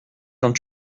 quand